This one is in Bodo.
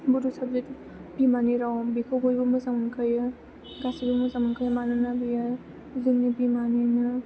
बड' साबजेत बिमानि राव बेखौ बयबो मोजां मोनखायो गासिबो मोजां मोनखायो मानोना बेयो जोंनि बिमानिनो